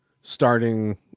starting